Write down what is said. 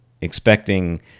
expecting